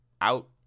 out